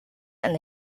and